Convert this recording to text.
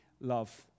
love